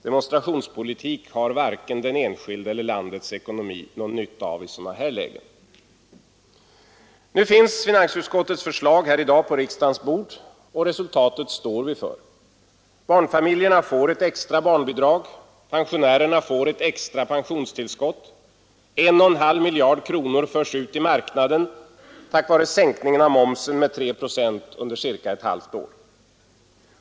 Demonstrationspolitik har varken den enskilde eller landets ekonomi någon nytta av i sådana här lägen. Nu finns finansutskottets förslag på riksdagens bord. Resultatet står vi för. Barnfamiljerna får ett extra barnbidrag. Pensionärerna får ett extra pensionstillskott. Sammanlagt 1,5 miljarder kronor förs ut i marknaden tack vare sänkningen av momsen med 3 procent under cirka ett halvt år.